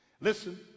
Listen